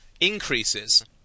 increases